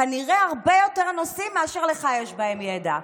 כנראה הרבה יותר נושאים מאשר לך יש בהם ידע,